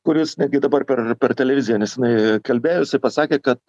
kuris netgi dabar per per televiziją nesenai kalbėjosi pasakė kad